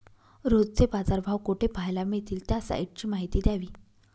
रोजचे बाजारभाव कोठे पहायला मिळतील? त्या साईटची माहिती द्यावी